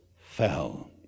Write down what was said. fell